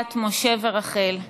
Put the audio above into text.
בת משה ורחל,